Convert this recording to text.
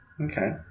Okay